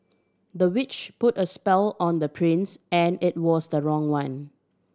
the witch put a spell on the prince and it was the wrong one